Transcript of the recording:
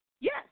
Yes